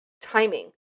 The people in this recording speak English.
Timing